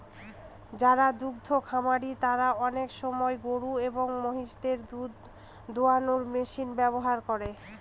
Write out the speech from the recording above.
যারা দুদ্ধ খামারি তারা আনেক সময় গরু এবং মহিষদের দুধ দোহানোর মেশিন ব্যবহার করে